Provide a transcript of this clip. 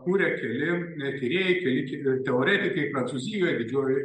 kūrė keli tyrėjai teoretikai prancūzijoj didžiojoj